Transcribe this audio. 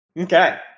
okay